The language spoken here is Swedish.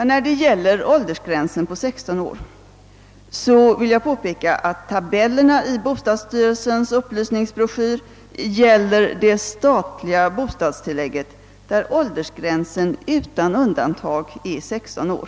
När det gäller åldersgränsen vill jag påpeka att denna i de tabeller, som återfinns i bostadsstyrelsens upplysningsbroschyr över de statliga bostadstilläggen, utan undantag är 16 år.